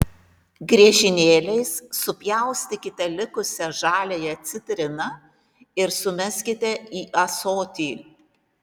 griežinėliais supjaustykite likusią žaliąją citriną ir sumeskite į ąsotį